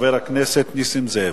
חבר הכנסת נסים זאב.